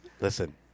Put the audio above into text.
Listen